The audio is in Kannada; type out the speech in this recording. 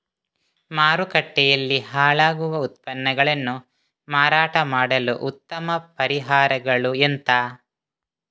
ಮಾರುಕಟ್ಟೆಯಲ್ಲಿ ಹಾಳಾಗುವ ಉತ್ಪನ್ನಗಳನ್ನು ಮಾರಾಟ ಮಾಡಲು ಉತ್ತಮ ಪರಿಹಾರಗಳು ಎಂತ?